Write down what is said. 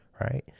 right